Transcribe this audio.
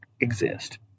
exist